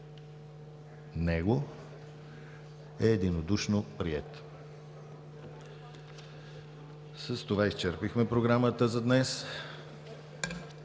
е единодушно приет. С това изчерпихме Програмата за днес.